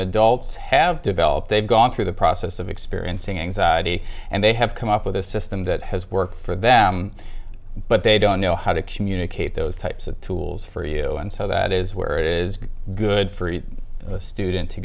adults have developed they've gone through the process of experiencing anxiety and they have come up with a system that has worked for that but they don't know how to communicate those types of tools for you and so that is where it is good for the student to